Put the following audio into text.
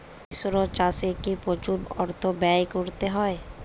মিশ্র চাষে কি প্রচুর অর্থ ব্যয় করতে হয়?